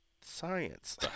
science